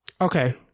Okay